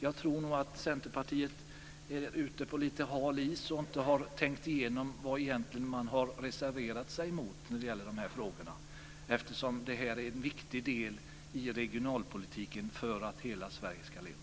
Jag tror nog att Centerpartiet är ute på lite hal is och inte har tänkt igenom vad man egentligen har reserverat sig emot. Det här är en viktig del i regionalpolitiken för att hela Sverige ska leva.